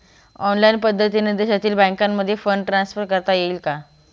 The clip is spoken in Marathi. ऑनलाईन पद्धतीने देशातील बँकांमध्ये फंड ट्रान्सफर करता येईल का?